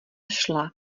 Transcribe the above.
šla